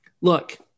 look